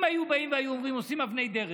אם היו באים והיו אומרים שעושים אבני דרך,